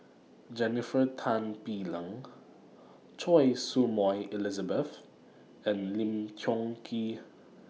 Jennifer Tan Bee Leng Choy Su Moi Elizabeth and Lim Tiong Ghee